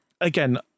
again